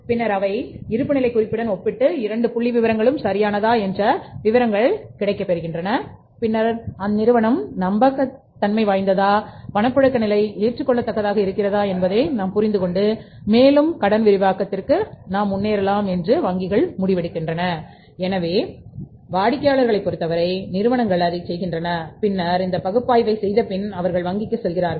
பின்னர் அவை இருப்புநிலைக் குறிப்புடன் பேலன்ஸ் ஷீட்டை ஒப்பிடப்பட்டு இரண்டு புள்ளிவிவரங்களும் சரியானது என்ற விவரங்கள் பெறவேண்டும் பின்னர் " நிறுவனம் நம்பகமானது பணப்புழக்க நிலை ஏற்றுக்கொள்ளத்தக்கது" என்பதை புரிந்து கொண்டு மேலும் கடன் விரிவாக்கத்துடன் முன்னேறலாம் என்று வங்கிகள் முடிவெடுக்கலாம் எனவே வங்கியாளர்களைப் பொறுத்தவரை நிறுவனங்கள் அதைச் செய்கின்றன பின்னர் இந்த பகுப்பாய்வைச் செய்தபின் ஆய்விற்காக வங்கிக்குச் செல்கிறார்கள்